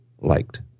liked